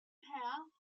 half